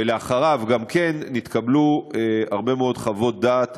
ולאחריו גם כן, נתקבלו הרבה מאוד חוות דעת